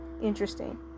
interesting